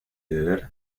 beber